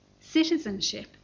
citizenship